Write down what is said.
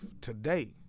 today